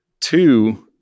Two